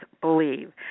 believe